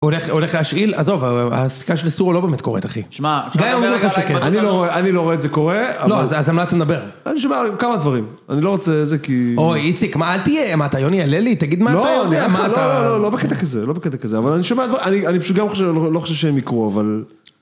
הולך... הולך להשאיל, עזוב, הסיכה של סורו לא באמת קורית, אחי. שמע, כאן הוא אומר לך שכן. אני לא רואה, אני לא רואה את זה קורה, אבל... לא, אז על מה אתה מדבר. אני שומע כמה דברים, אני לא רוצה זה... כי... אוי, איציק, מה, אל תהיה, מה, אתה יוני הללי? תגיד מה אתה יודע!, מה אתה? לא, לא, לא, לא, לא בקטע כזה, לא בקטע כזה, אבל אני שומע דברים, אני פשוט, גם לא חושב שהם יקרו, אבל...